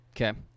Okay